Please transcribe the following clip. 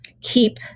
keep